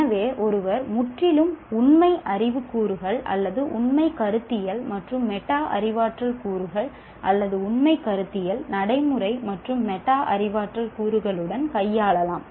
எனவே ஒருவர் முற்றிலும் உண்மை அறிவு கூறுகள் அல்லது உண்மை கருத்தியல் மற்றும் மெட்டா அறிவாற்றல் கூறுகள் அல்லது உண்மை கருத்தியல் நடைமுறை மற்றும் மெட்டா அறிவாற்றல் கூறுகளுடன் கையாளலாம்